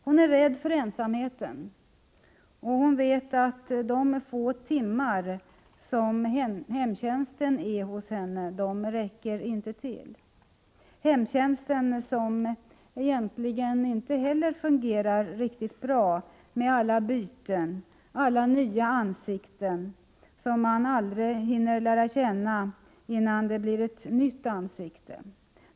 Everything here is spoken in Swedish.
Hon är rädd för ensamheten, och hon vet att de få timmar som hemtjänsten är hos henne inte räcker till. Hemtjänsten fungerar egentligen inte heller riktigt bra med alla byten, alla nya ansikten som man aldrig hinner lära känna innan man ställs inför ett nytt.